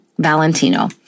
Valentino